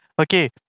Okay